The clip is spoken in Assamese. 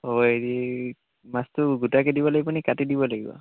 ঔ হেৰি মাছটো গোটাকৈ দিব লাগিব নে কাটি দিব লাগিব